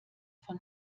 von